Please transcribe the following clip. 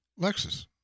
Lexus